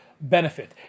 benefit